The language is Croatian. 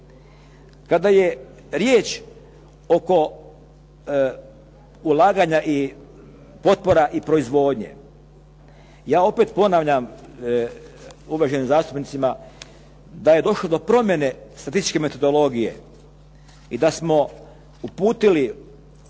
Kada je riječ oko ulaganja i potpora i proizvodnje, ja opet ponavljam uvaženim zastupnicima da je došlo do promjene statističke metodologije i da smo uputili Europskoj